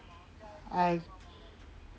I